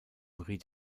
riet